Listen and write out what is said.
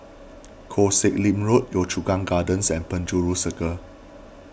Koh Sek Lim Road Yio Chu Kang Gardens and Penjuru Circle